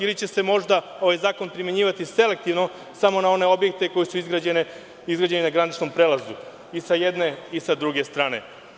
Ili će se možda ovaj zakon primenjivati selektivno samo na one objekte koji su izgrađeni na graničnom prelazu i sa jedne i sa druge strane.